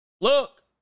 Look